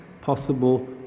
possible